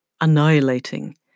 annihilating